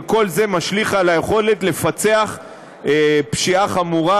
וכל זה משליך על היכולת לפצח פשיעה חמורה